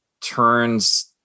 turns